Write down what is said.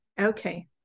okay